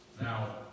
Now